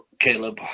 Caleb